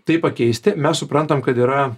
tai pakeisti mes suprantam kad yra